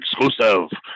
exclusive